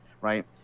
right